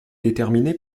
déterminé